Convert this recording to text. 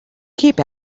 keep